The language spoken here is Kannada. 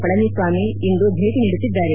ಪಳನಿ ಸ್ವಾಮಿ ಇಂದು ಭೇಟಿ ನೀಡುತ್ತಿದ್ದಾರೆ